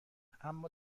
اما